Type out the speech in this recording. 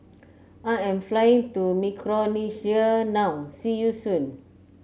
I am flying to Micronesia now see you soon